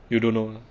you don't know